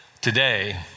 today